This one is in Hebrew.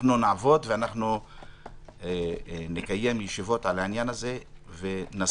אנחנו נעבוד ואנחנו נקיים ישיבות על העניין ונסיר